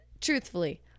truthfully